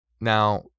Now